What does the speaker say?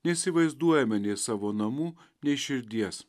neįsivaizduojame nei savo namų nei širdies